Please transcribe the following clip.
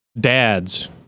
dads